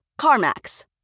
CarMax